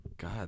God